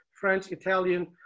French-Italian